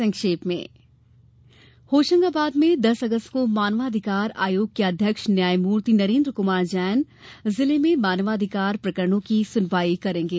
संक्षिप्त समाचार होशंगाबाद में दस अगस्त को मानवाधिकार आयोग के अध्यक्ष न्यायमूर्ति नरेन्द्र कुमार जैन जिले में मानवाधिकार प्रकरणों की सुनवाई करेंगे